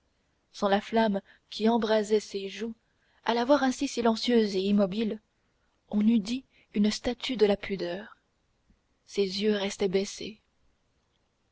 sans la flamme qui embrasait ses joues à la voir ainsi silencieuse et immobile on eût dit une statue de la pudeur ses yeux restaient baissés